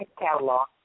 Catalog